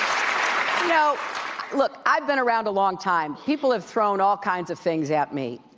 know look, i've been around a long time. people have thrown all kinds of things at me.